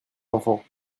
enfants